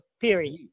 period